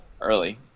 early